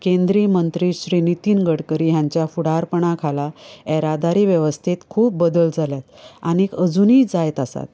केंद्रीय मंत्री श्री नितीन गडकरी हांच्या फुडारपणाखाला येरादारी वेवस्थेंत खूब बदल जाल्यात आनीक अजूनय जायत आसात